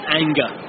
anger